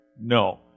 No